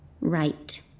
Right